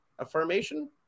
affirmation